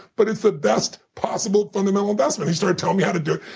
but it's the best possible fundamental investment. he started telling me how to do it.